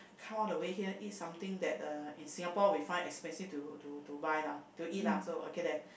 come all the way here eat something that uh in Singapore we find expensive to to to buy lah to eat lah so okay then